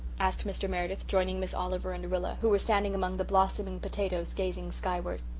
asked mr. meredith, joining miss oliver and rilla, who were standing among the blossoming potatoes gazing skyward.